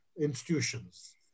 institutions